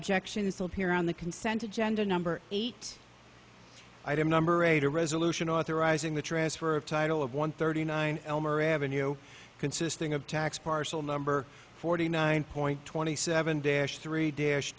objection is told here on the consent of gender number eight item number eight a resolution authorizing the transfer of title of one thirty nine elmer avenue consisting of tax parcel number forty nine point twenty seven dash three